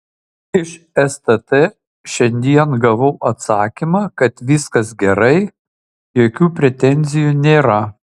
iš stt šiandien gavau atsakymą kad viskas gerai jokių pretenzijų nėra